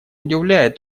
удивляет